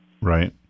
Right